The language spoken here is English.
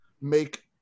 make